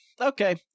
Okay